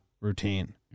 routine